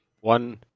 One